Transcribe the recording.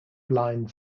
blind